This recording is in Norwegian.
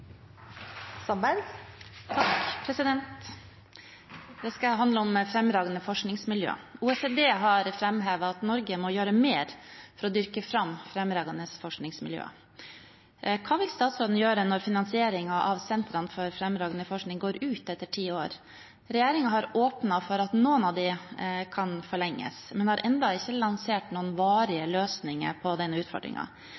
skal handle om fremragende forskningsmiljøer. OECD har framhevet at Norge må gjøre mer for å dyrke fram fremragende forskningsmiljøer. Hva vil statsråden gjøre når finansieringen av sentrene for fremragende forskning går ut etter ti år? Regjeringen har åpnet for at finansieringen av noen av dem kan forlenges, men har ennå ikke lansert noen